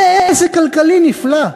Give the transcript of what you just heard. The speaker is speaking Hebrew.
זה עסק כלכלי נפלא.